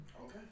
Okay